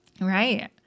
Right